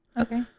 Okay